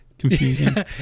Confusing